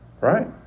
right